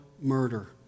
murder